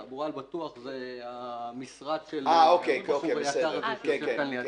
אה, עצמאיים.